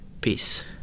Peace